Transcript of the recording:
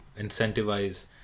incentivize